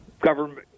government